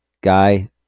guy